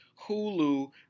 Hulu